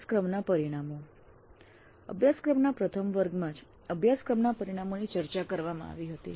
અભ્યાસક્રમના પરિણામો અભ્યાસક્રમના પ્રથમ વર્ગમાં જ અભ્યાસક્રમના પરિણામોની ચર્ચા કરવામાં આવી હતી